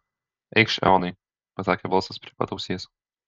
eikš eonai pasakė balsas prie pat ausies